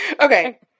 Okay